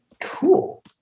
Cool